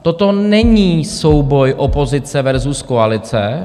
Toto není souboj opozice versus koalice.